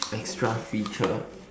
extra feature